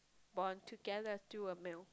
bond together through a meal